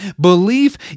Belief